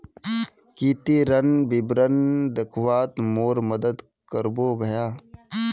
की ती ऋण विवरण दखवात मोर मदद करबो भाया